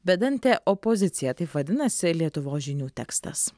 bedantė opozicija taip vadinasi lietuvos žinių tekstas